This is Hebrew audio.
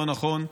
לא נכון.